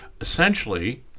Essentially